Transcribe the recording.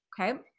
okay